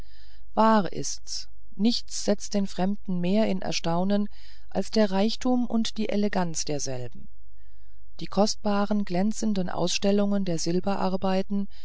wahr ist's nichts setzt den fremden mehr in erstaunen als der reichtum und die eleganz derselben die kostbaren glänzenden ausstellungen der